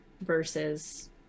versus